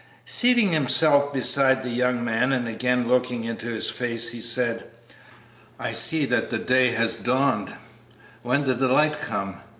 seating himself beside the young man and again looking into his face, he said i see that the day has dawned when did the light come,